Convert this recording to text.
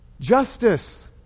justice